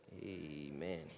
amen